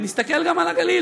ונסתכל גם על הגליל,